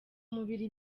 mubiri